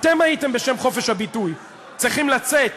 אתם הייתם, בשם חופש הביטוי, צריכים לצאת